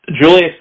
Julius